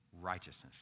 righteousness